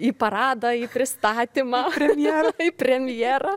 į paradą į pristatymą premjerą